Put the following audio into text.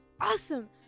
Awesome